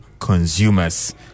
consumers